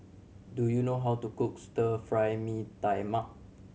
do you know how to cook Stir Fry Mee Tai Mak